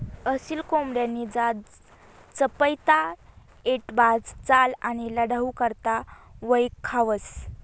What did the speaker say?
असील कोंबडानी जात चपयता, ऐटबाज चाल आणि लढाऊ करता वयखावंस